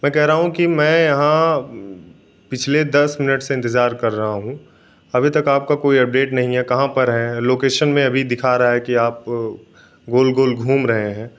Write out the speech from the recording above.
मैं कह रहा हूँ कि मैं यहाँ पिछले दस मिनट से इंतज़ार कर रहा हूँ अभी तक आपका कोई अपडेट नहीं है कहाँ पर हैं लोकेशन में अभी दिखा रहा है कि आप वो गोल गोल घूम रहें हैं